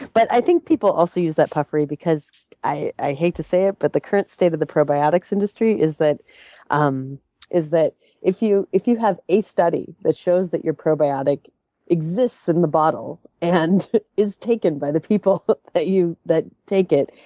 but i think people also use that puffery because i hate to say it, but the current state of the probiotics industry is that um is that if you if you have a study that shows that your probiotic exists in the bottle and is taken by the people but that take it,